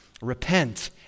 repent